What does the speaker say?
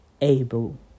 able